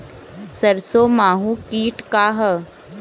सरसो माहु किट का ह?